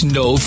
no